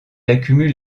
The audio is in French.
accumule